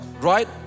right